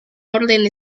orden